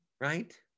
right